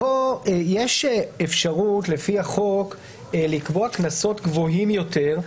פה יש אפשרות לפי החוק לקבוע קנסות גבוהים יותר,